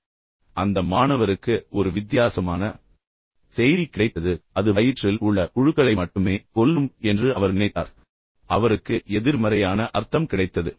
இப்போது அந்த மாணவருக்கு ஒரு வித்தியாசமான செய்தி கிடைத்தது அது வயிற்றில் உள்ள புழுக்களை மட்டுமே கொல்லும் என்று அவர் நினைத்தார் அவருக்கு முற்றிலும் எதிர்மறையான அர்த்தம் கிடைத்தது